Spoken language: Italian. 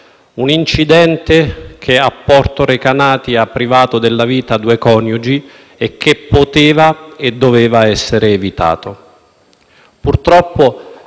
un incidente che a Porto Recanati ha privato della vita due coniugi e che poteva e doveva essere evitato.